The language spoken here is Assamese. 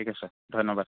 ঠিক আছে ধন্যবাদ